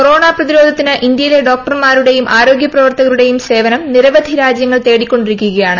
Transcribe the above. corona പ്രതിരോധത്തിന് ഇന്ത്യയിലെ ഡോക്ടർമാരുടെയും ആരോഗ്യപ്രവർത്തകരുടെയും സേവനം നിരവധി രാജ്യങ്ങൾ തേടിക്കൊണ്ടിരിക്കുകയാണ്